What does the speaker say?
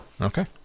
Okay